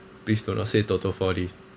please do not say toto four D